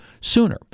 sooner